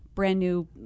brand-new